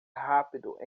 rápido